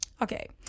Okay